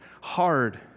hard